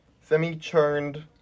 Semi-churned